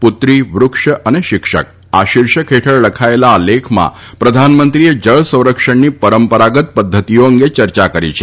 પુત્રી વૃક્ષ અને શિક્ષક આ શિર્ષક હેઠળ લખાયેલા આ લેખમાં પ્રધાનમંત્રીએ જળ સંરક્ષણની પરંપરાગત પદ્ધતિએ અંગે ચર્ચા કરી છે